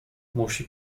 musi